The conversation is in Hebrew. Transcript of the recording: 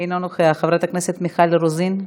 אינו נוכח, חברת הכנסת מיכל רוזין,